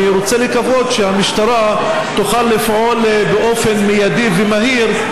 אני רוצה לקוות שהמשטרה תוכל לפעול באופן מיידי ומהיר,